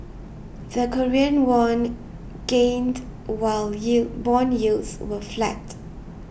the Korean won gained while yield bond yields were flat